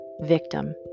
victim